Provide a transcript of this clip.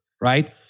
right